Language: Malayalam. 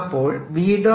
അപ്പോൾ B